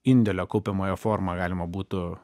indėlio kaupiamojo formą galima būtų